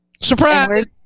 Surprise